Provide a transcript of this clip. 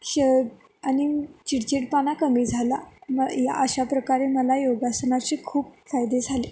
आणि चिडचिडेपणा कमी झाला मग या अशा प्रकारे मला योगासनाचे खूप फायदे झाले